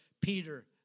Peter